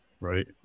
right